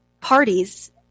parties